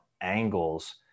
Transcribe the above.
angles